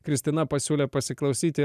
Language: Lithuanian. kristina pasiūlė pasiklausyti